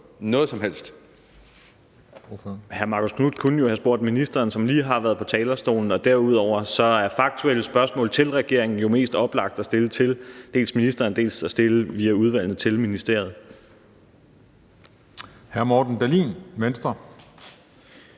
Hr. Marcus Knuth kunne jo have spurgt ministeren, som lige har været på talerstolen, og derudover er faktuelle spørgsmål til regeringen mest oplagte at stille til dels ministeren, dels via udvalget til ministeriet. Kl. 13:50 Den fg.